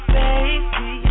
baby